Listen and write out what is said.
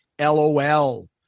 LOL